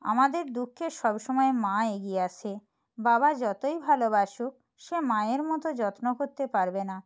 আমাদের দুঃখে সব সময় মা এগিয়ে আসে বাবা যতোই ভালোবাসুক সে মায়ের মতো যত্ন করতে পারবে না